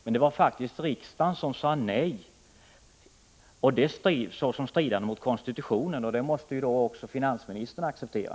Men det var faktiskt riksdagen som sade nej till förslaget såsom stridande mot konstitutionen. Det måste ju då också finansministern acceptera.